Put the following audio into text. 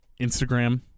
Instagram